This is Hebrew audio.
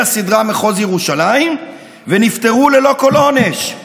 הסדרה "מחוז ירושלים" ונפטרו ללא כל עונש.